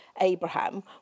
Abraham